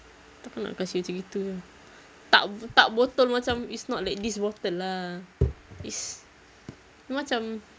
tak kan nak kasi macam gitu jer tak b~ tak botol macam is not like this bottle lah it's dia macam